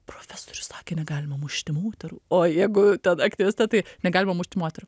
profesorius sakė negalima mušti moterų o jeigu ten aktyvistai tai negalima mušti moterų